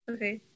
Okay